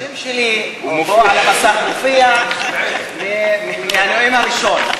השם שלי מופיע פה על המסך מהנואם הראשון.